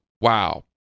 wow